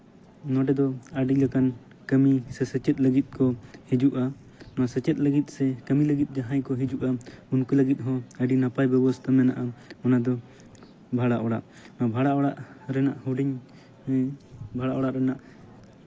ᱱᱚᱰᱮ ᱫᱚ ᱟᱹᱰᱤ ᱞᱮᱠᱟᱱ ᱠᱟᱹᱢᱤ ᱥᱮ ᱥᱮᱪᱮᱫ ᱞᱟᱹᱜᱤᱫ ᱠᱚ ᱦᱤᱡᱩᱜᱼᱟ ᱱᱚᱣᱟ ᱥᱮᱪᱮᱫ ᱞᱟᱹᱜᱤᱫ ᱥᱮ ᱠᱟᱹᱢᱤ ᱞᱟᱹᱜᱤᱫ ᱡᱟᱦᱟᱸᱭ ᱠᱚ ᱦᱤᱡᱩᱜᱼᱟ ᱩᱱᱠᱩ ᱞᱟᱹᱜᱤᱫ ᱦᱚᱸ ᱟᱹᱰᱤ ᱱᱟᱯᱟᱭ ᱵᱮᱵᱚᱥᱛᱷᱟ ᱢᱮᱱᱟᱜᱼᱟ ᱚᱱᱟ ᱫᱚ ᱵᱷᱟᱲᱟ ᱚᱲᱟᱜ ᱱᱚᱣᱟ ᱵᱷᱟᱲᱟ ᱚᱲᱟᱜ ᱨᱮᱱᱟᱜ ᱦᱩᱰᱤᱧ ᱵᱷᱟᱲᱟ ᱚᱲᱟᱜ ᱨᱮᱱᱟᱜ